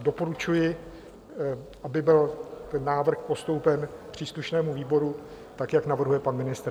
Doporučuji, aby byl návrh postoupen příslušnému výboru tak, jak navrhuje pan ministr.